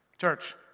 Church